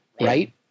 Right